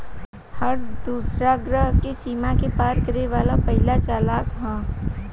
हर दूसरा ग्रह के सीमा के पार करे वाला पहिला चालक ह